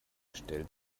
stellt